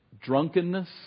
drunkenness